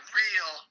real